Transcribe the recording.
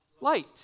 light